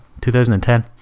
2010